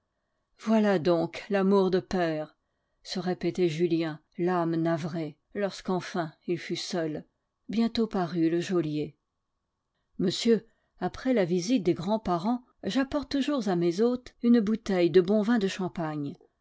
voilà donc l'amour de père se répétait julien l'âme navrée lorsqu'enfin il fut seul bientôt parut le geôlier monsieur après la visite des grands parents j'apporte toujours à mes hôtes une bouteille de bon vin de champagne